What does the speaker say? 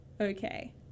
Okay